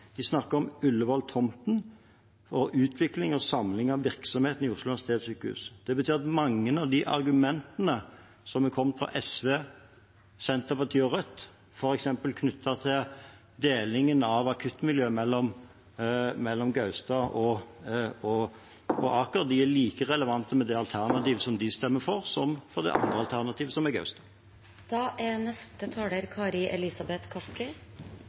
De snakker om Ullevål-tomten og utvikling og samling av virksomheten i Oslo universitetssykehus. Det betyr at mange av de argumentene som er kommet fra SV, Senterpartiet og Rødt, f.eks. knyttet til delingen av akuttmiljøet mellom Gaustad og Aker, er like relevante for det alternativet som de stemmer for, som for det andre alternativet, som er Gaustad. Representanten Kari Elisabeth Kaski